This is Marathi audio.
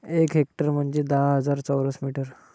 एक हेक्टर म्हणजे दहा हजार चौरस मीटर